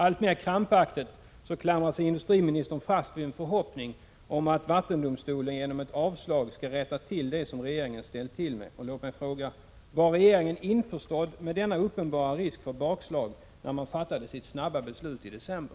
Allt mer krampaktigt klamrar sig industriministern fast vid förhoppningen att vattendomstolen genom ett avslag skall rätta till det som regeringen ställt till med. Låt mig fråga: Var regeringen införstådd med denna uppenbara risk för bakslag, när man fattade sitt snabba beslut i december?